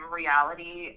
reality